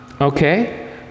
Okay